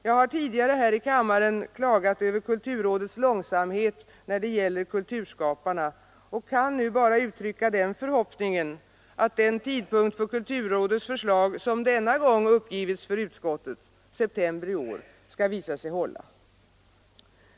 Jag har tidigare här i kammaren klagat över kulturrådets långsamhet då det gäller kulturskaparna och kan nu bara uttrycka förhoppningen att den tidpunkt för kulturrådets förslag som denna gång uppgivits för utskottet — september i år — skall visa sig hålla.